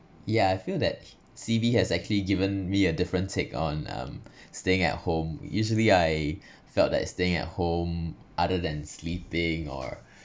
ya I feel that C_B has actually given me a different take on um staying at home usually I felt like staying at home other than sleeping or